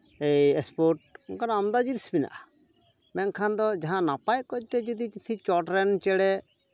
ᱮ sport ᱱᱚᱝᱠᱟᱱᱟᱜ ᱟᱭᱢᱟ ᱡᱤᱱᱤᱥ ᱢᱮᱱᱟᱜᱼᱟ ᱢᱮᱱᱠᱷᱟᱡ ᱫᱚ ᱡᱟᱦᱟᱸ ᱱᱟᱯᱟᱭ ᱚᱠᱚᱡ ᱛᱮ ᱠᱤᱪᱷᱤ ᱪᱚᱴᱨᱮᱱ ᱪᱮᱬᱮ